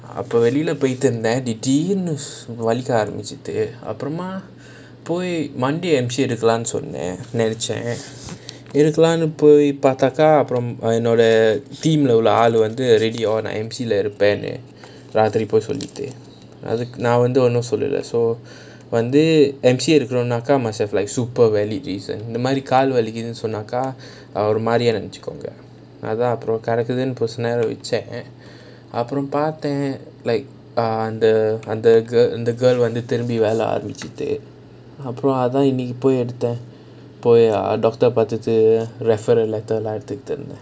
வெளில போயிட்டு இருந்த திடீர்னு வலிக்க ஆரம்பிச்சிது அப்புறம் போய்:velila poyittu iruntha thideernu valikka aarambichittu appuram poi monday M_C எடுக்கலாம்னு சொன்னான் நினைச்சேன் எடுக்கலாம்னு போய் பாத்தாக்கா ஏன்:edukalaamnu sonnaan ninaichaen edukalaamnu poi paathaakaa yaen team lah ஒரு ஆளு வந்து சொன்னான் நான் இருபேனு ராத்திரி போய் சொல்லிட்டு எடுக்கணும்னா:oru aalu vanthu sonnaan naan irupaenu raathiri poi sollittu edukkanumnaa you must a valid reason இத மாரி கால் வலிக்கிதுன்னு சொன்னாக்கா ஒரு மாரி நெனைச்சிப்பாங்க அப்புறம் பாத்தேன்அந்த:itha maari kaal valikithunu sonnaakaa oru maari nenaichipaanga appuram paathaen antha girl வந்து திருப்பி வெல்ல ஆரம்பிச்சிது அப்புறம் இன்னிக்கி போய் எடுத்தேன் அப்புறம் போய்:vanthu thirupi vella aarambichithu appuram inikki poi eduthaen appuram poi doctor பாத்துட்டு:paathutu referral letter lah எடுத்துட்டு இருந்த:eduthutu iruntha